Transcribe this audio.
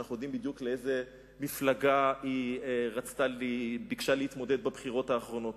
שאנחנו יודעים בדיוק באיזו מפלגה היא ביקשה להתמודד בבחירות האחרונות.